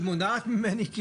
היא מונעת ממני,